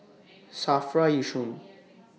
SAFRA Yishun